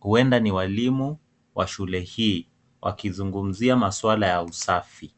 huenda ni walimu wa shule hii wakizungumzia masuala ya usafi.